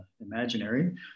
imaginary